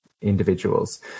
individuals